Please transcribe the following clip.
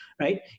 Right